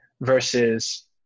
versus